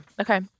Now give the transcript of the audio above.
Okay